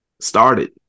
Started